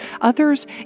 others